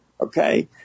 Okay